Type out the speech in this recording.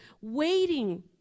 waiting